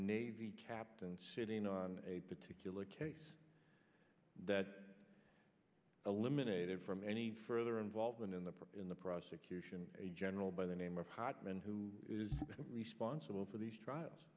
navy captain sitting on a particular case that eliminated from any further involvement in the in the prosecution a general by the name of hartman who is responsible for these trials